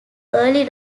early